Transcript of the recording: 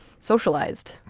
socialized